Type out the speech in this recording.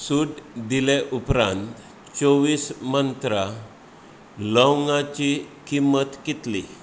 सूट दिले उपरांत चोवीस मंत्रा लवंगांची किंमत कितली